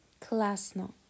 Klasno